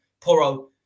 Poro